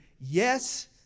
yes